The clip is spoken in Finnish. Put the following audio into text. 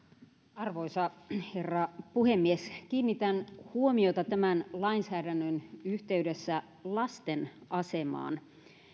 arvoisa herra puhemies kiinnitän huomiota tämän lainsäädännön yhteydessä lasten asemaan